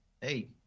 hey